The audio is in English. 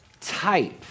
type